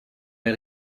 les